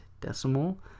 decimal